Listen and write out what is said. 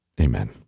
Amen